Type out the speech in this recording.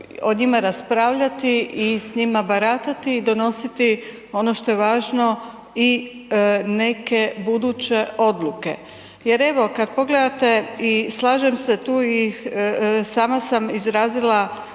o njima raspravljati i s njima baratati i donositi ono što je važno i neke buduće odluke. Jer evo kad pogledate i slažem se tu i sama sam izrazila